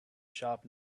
sharp